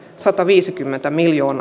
sataviisikymmentä miljoonaa euroa